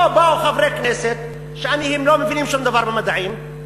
פה באו חברי כנסת, שלא מבינים שום דבר במדעים,